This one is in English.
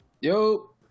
Yo